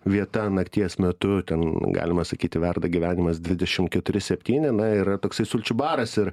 vieta nakties metu ten galima sakyti verda gyvenimas dvidešim keturi septyni na yra toksai sulčių baras ir